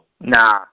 Nah